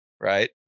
right